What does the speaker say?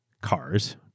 cars